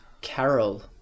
Carol